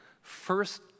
first